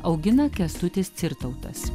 augina kęstutis cirtautas